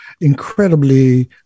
incredibly